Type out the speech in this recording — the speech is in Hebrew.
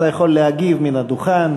אתה יכול להגיב מן הדוכן.